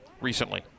recently